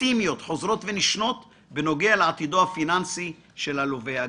אופטימיות חוזרות ונשנות בנוגע לעתידו הפיננסי של הלווה הגדול.